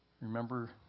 Remember